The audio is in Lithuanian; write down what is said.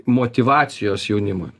motyvacijos jaunimui